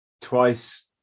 twice